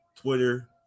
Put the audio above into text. Twitter